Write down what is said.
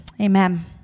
Amen